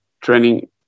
training